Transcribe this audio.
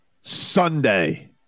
Sunday